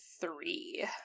three